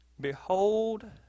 Behold